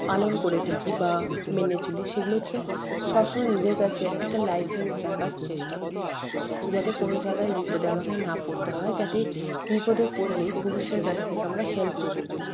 পালন করে থাকি বা মেনে চলি সেগুলো হচ্ছে সবসময় নিজের কাছে একটা লাইসেন্স রাখার চেষ্টা করি যাতে কোনও জায়গায় বিপদে আমাকে না পড়তে হয় যাতে বিপদে পড়লে পুলিশের কাছ থেকে আমরা হেল্প পেতে পারি